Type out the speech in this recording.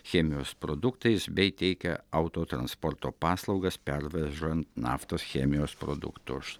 chemijos produktais bei teikia autotransporto paslaugas pervežant naftos chemijos produktus